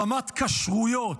רמת כשרויות.